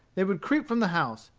they would creep from the house,